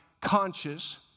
conscious